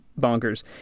bonkers